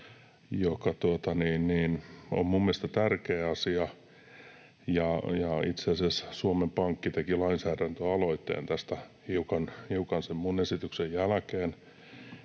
minun mielestäni tärkeä asia. Itse asiassa Suomen Pankki teki lainsäädäntöaloitteen tästä hiukan sen minun esitykseni jälkeen.